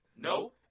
No